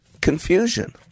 confusion